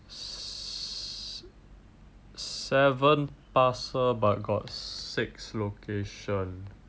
se~ seven parcel but six location